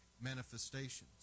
manifestations